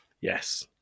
yes